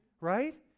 right